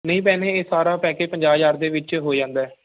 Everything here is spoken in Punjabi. ਨਹੀਂ ਭੈਣੇ ਇਹ ਸਾਰਾ ਪੈਕੇਜ ਪੰਜਾਹ ਹਜ਼ਾਰ ਦੇ ਵਿੱਚ ਹੋ ਜਾਂਦਾ